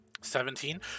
Seventeen